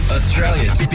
Australia's